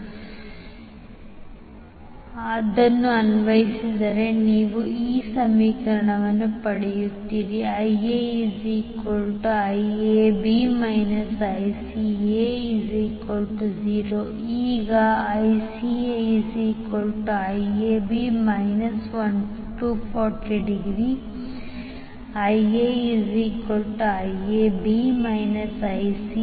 ಇಲ್ಲಿ ನೀವು KCL ಅನ್ನು ಅನ್ವಯಿಸಿದರೆ ನೀವು ಪಡೆಯುತ್ತೀರಿ IaIAB ICA0 ಈಗ ICAIAB∠ 240° IaIAB ICAIAB1 1∠ 240° IAB10